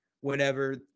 whenever